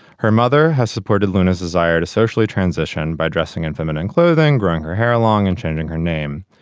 her mother has supported luna's desire to socially transition by dressing in feminine clothing growing her hair along and changing her name.